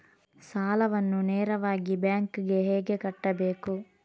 ಸಾಲವನ್ನು ನೇರವಾಗಿ ಬ್ಯಾಂಕ್ ಗೆ ಹೇಗೆ ಕಟ್ಟಬೇಕು?